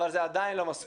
אבל זה עדיין לא מספיק.